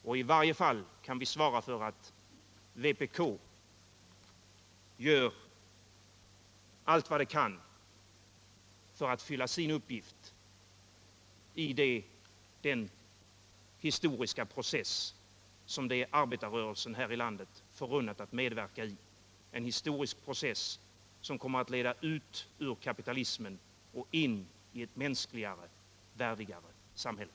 Och i varje fall kan vi svara för att vpk gör allt vad det kan för att fylla sin uppgift i den historiska process som det är arbetarrörelsen här i landet förunnat att medverka i — en historisk process som kommer att leda ut ur kapitalismen och in i ett mänskligare, värdigare samhälle.